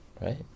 right